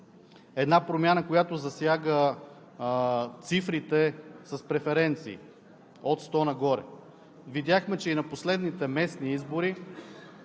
една промяна, която засяга цифрите с преференции от 100 нагоре. Видяхме, че и на последните местни избори